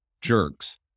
jerks